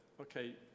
okay